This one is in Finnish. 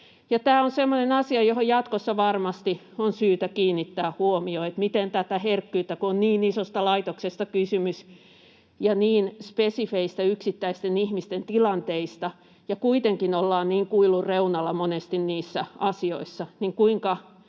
tämä on semmoinen asia, johon jatkossa varmasti on syytä kiinnittää huomiota, miten tätä herkkyyttä — kun on niin isosta laitoksesta kysymys ja niin spesifeistä yksittäisten ihmisten tilanteista, ja kuitenkin ollaan niin kuilun reunalla monesti niissä asioissa —